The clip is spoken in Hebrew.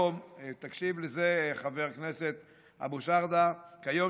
תקשיב לזה, חבר הכנסת אבו שחאדה, כיום